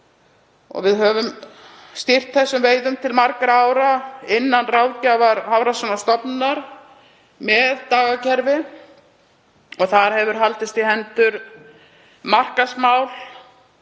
Við höfum stýrt þessum veiðum til margra ára innan ráðgjafar Hafrannsóknastofnunar með dagakerfi. Þar hafa haldist í hendur markaðsmál,